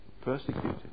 persecuted